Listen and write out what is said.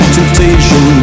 Temptation